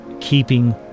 keeping